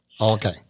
okay